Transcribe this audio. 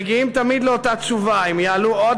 מגיעים תמיד לאותה תשובה: הם יעלו עוד